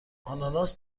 آناناس